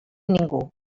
ningú